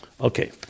Okay